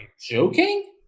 joking